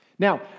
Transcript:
Now